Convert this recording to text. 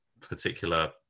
particular